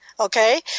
Okay